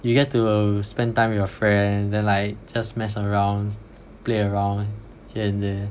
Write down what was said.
you get to spend time with your friend then like just mess around play around here and there